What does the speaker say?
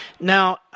Now